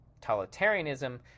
totalitarianism